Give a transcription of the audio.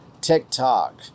TikTok